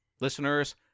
listeners